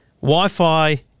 Wi-Fi